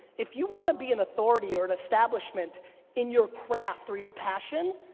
if you wanna be in authority or an establishment in your craft or your passion,